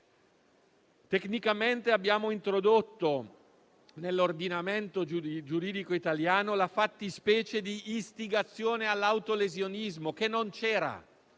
Tecnicamente abbiamo introdotto nell'ordinamento giuridico italiano la fattispecie di istigazione all'autolesionismo, che non c'era.